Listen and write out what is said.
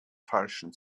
falschen